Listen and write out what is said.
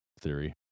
theory